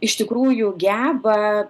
iš tikrųjų geba